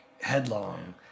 headlong